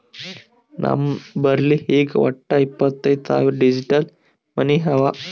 ನಮ್ ಬಲ್ಲಿ ಈಗ್ ವಟ್ಟ ಇಪ್ಪತೈದ್ ಸಾವಿರ್ ಡಿಜಿಟಲ್ ಮನಿ ಅವಾ